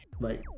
Bye